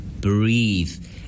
Breathe